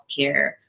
healthcare